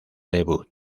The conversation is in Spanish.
debut